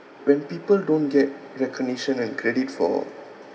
when people don't get recognition and credit for